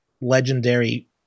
legendary